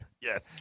Yes